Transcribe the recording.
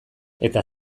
eta